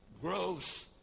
gross